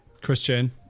Christian